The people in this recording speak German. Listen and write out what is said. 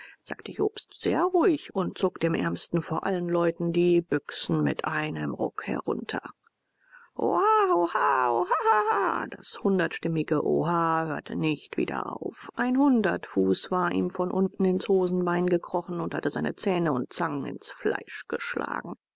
sagte jobst sehr ruhig und zog dem ärmsten vor allen leuten die büxen mit einem ruck herunter oha oha ohahaha das hundertstimmige oha hörte nicht wieder auf ein hundertfuß war ihm von unten ins hosenbein gekrochen und hatte seine zähne und zangen ins fleisch geschlagen